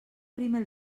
primer